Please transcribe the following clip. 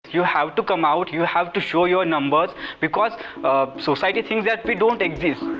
you have to come out, you have to show your numbers because society thinks that we don't exist